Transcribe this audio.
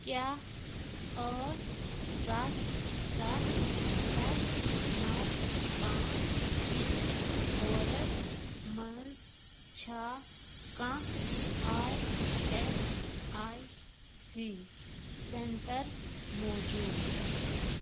کیٛاہ ٲٹھ ستھ ستھ ستھ نو پانٛژھ پِن کوڈَس منٛز چھا کانٛہہ I S I C centre موجوٗد